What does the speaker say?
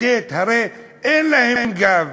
הרי אין להם גב.